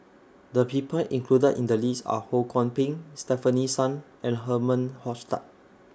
The People included in The list Are Ho Kwon Ping Stefanie Sun and Herman Hochstadt